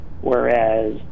whereas